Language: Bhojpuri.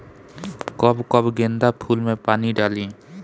कब कब गेंदा फुल में पानी डाली?